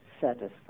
satisfied